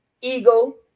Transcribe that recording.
eagle